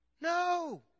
No